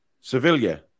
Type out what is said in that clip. Sevilla